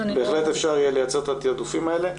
התיעדופים האלה,